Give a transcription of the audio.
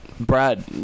Brad